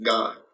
God